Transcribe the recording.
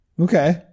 Okay